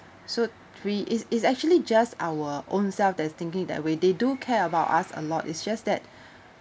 so we is is actually just our own selves that's thinking that way they do care about us a lot it's just that